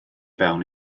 fewn